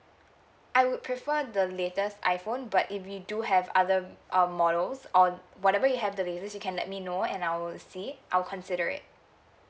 I would prefer the latest iphone but if you do have other um models or whatever you have the latest you can let me know and I will see I will consider it